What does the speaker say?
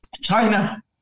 China